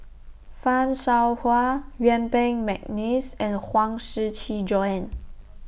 fan Shao Hua Yuen Peng Mcneice and Huang Shiqi Joan